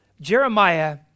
Jeremiah